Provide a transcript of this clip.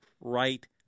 right